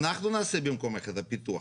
אנחנו נעשה במקומך את הפיתוח.